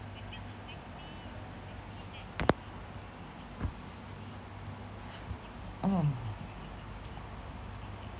mm